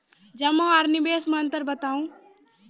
जमा आर निवेश मे अन्तर बताऊ?